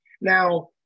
Now